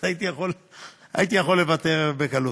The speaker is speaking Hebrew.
אז יכולתי לוותר בקלות.